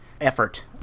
effort